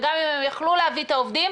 וגם אם הם יכלו להביא את העובדים,